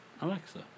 Alexa